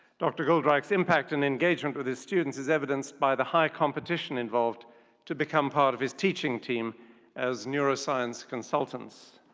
dr. goldreich's impact and engagement with his students is evidenced by the high competition involved to become part of his teaching team as neuroscience consultants.